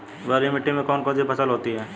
बलुई मिट्टी में कौन कौन सी फसल होती हैं?